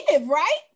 right